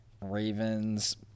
Ravens